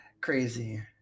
Crazy